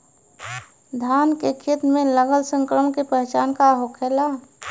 धान के खेत मे लगल संक्रमण के पहचान का होखेला?